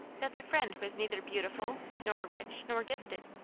that the friend was neither beautiful nor rich nor gifted.